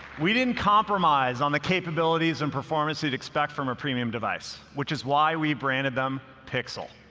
we didn't compromise on the capabilities and performance you'd expect from a premium device, which is why we branded them pixel.